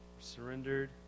Surrendered